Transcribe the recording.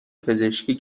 پزشکی